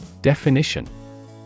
Definition